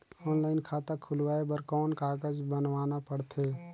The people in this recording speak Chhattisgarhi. ऑनलाइन खाता खुलवाय बर कौन कागज बनवाना पड़थे?